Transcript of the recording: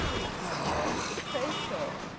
it was the poems of crashaw,